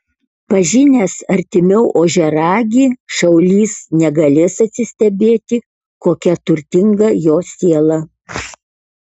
pažinęs artimiau ožiaragį šaulys negalės atsistebėti kokia turtinga jo siela